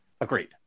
Agreed